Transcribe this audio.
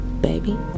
Baby